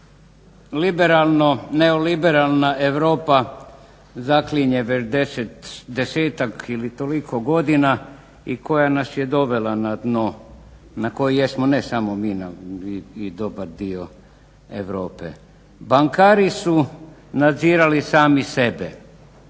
liberalno neoliberalna Europa zaklinje već 10-ak ili toliko godina i koja nas je dovela na dno na kojem jesmo ne samo mi nego i dobar dio Europe. Bankari su nadzirali sami sebe